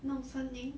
弄声音